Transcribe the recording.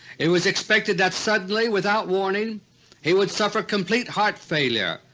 it was expected that suddenly without warning he would suffer complete heart failure,